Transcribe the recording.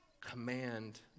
Command